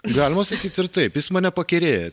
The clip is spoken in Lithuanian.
galima sakyti ir taip jis mane pakerėjo